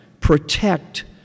protect